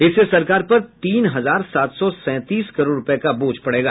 इससे सरकार पर तीन हजार सात सौ सैंतीस करोड़ रूपये का बोझ पड़ेगा